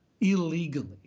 illegally